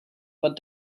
but